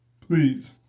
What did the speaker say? please